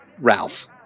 Ralph